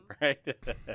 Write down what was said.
Right